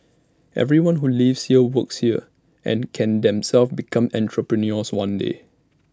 everyone who lives here works here and can themselves become entrepreneurs one day